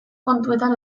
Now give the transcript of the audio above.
kontuetan